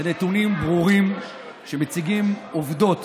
אלה נתונים ברורים שמציגים עובדות